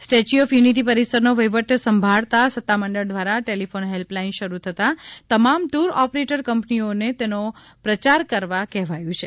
statue of Unity પરિસર નો વહીવટ સાંભળતા સતામંડળ દ્વારા ટેલિફોન હેલ્પલાઇન શરૂ થતાં તમામ ટુર ઓપરેટર કંપનીઓ ને તેનો પ્રયાર કરવા કહેવાયું છે